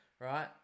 right